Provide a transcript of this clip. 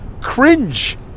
cringe